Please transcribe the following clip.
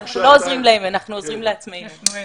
שוב,